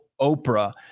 oprah